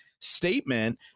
Statement